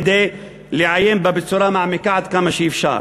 כדי לעיין בה בצורה מעמיקה עד כמה שאפשר.